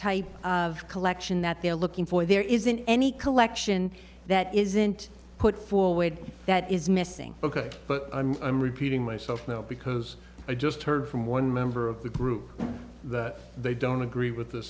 type of collection that they're looking for there isn't any collection that isn't put forward that is missing ok but i'm repeating myself now because i just heard from one member of the group that they don't agree with th